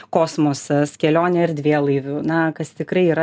kosmosas kelionė erdvėlaiviu na kas tikrai yra